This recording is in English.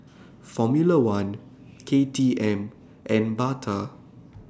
Formula one K T M and Bata